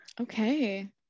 Okay